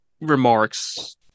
remarks